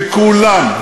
מכולם,